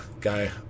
guy